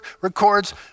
records